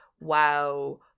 wow